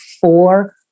four